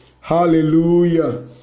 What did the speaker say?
Hallelujah